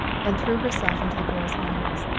and threw herself into the girl's arms.